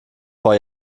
vor